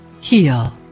Heal